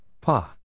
Pa